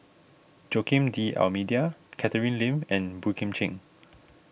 Joaquim D'Almeida Catherine Lim and Boey Kim Cheng